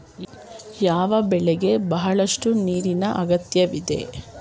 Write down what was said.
ಯಾವ ಬೆಳೆಗೆ ಬಹಳಷ್ಟು ನೀರಿನ ಅಗತ್ಯವಿದೆ?